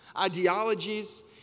ideologies